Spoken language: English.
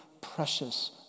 precious